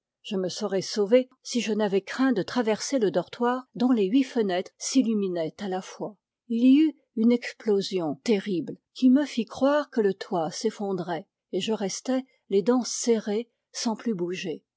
je me serais sauvé si je n'avais craint de traverser le dortoir dont les huit fenêtres s'illuminaient à la fois il y eut une explosion terrible qui me fit croire que le toit s'effondrait et je restai les dents serrées sans plus bouger